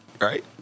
right